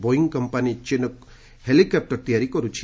Bong company Chinook helicopter ତିଆରି କରୁଛି